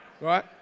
right